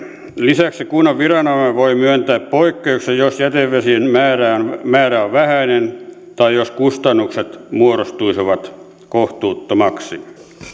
lisäksi kunnan viranomainen voi myöntää poikkeuksen jos jätevesien määrä on vähäinen tai jos kustannukset muodostuisivat kohtuuttomiksi